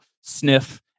sniff